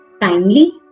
timely